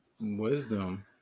Wisdom